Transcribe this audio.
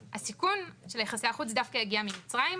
הסיכון של יחסי החוץ דווקא הגיע ממצרים,